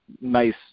nice